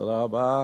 תודה רבה.